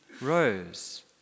rose